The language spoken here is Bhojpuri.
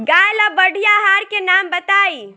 गाय ला बढ़िया आहार के नाम बताई?